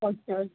okay okay